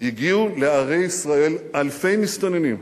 הגיעו לערי ישראל אלפי מסתננים.